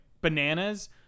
bananas